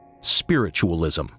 spiritualism